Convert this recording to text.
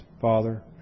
Father